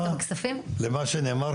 ובסופו של דבר, לא נלקח